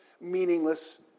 meaningless